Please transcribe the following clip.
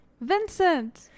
Vincent